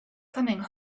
coming